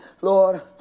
Lord